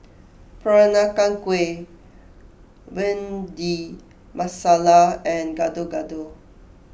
Peranakan Kueh Bhindi Masala and Gado Gado